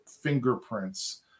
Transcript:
fingerprints